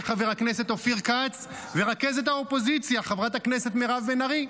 חברי חבר הכנסת אופיר כץ ורכזת האופוזיציה חברת הכנסת מירב בן ארי.